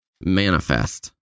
manifest